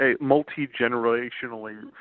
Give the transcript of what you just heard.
multi-generationally